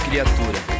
Criatura